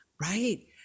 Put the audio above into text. Right